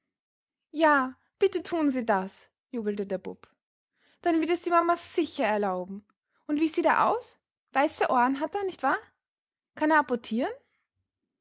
ja bitte tun sie das jubelte der bub dann wird es die mama sicher erlauben und wie sieht er aus weiße ohren hat er nicht wahr kann er apportieren